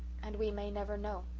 and we may never know.